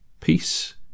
Peace